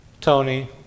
tony